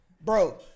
Bro